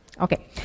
okay